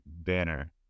banner